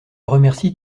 remercie